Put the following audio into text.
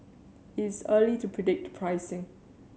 it is early to predict the pricing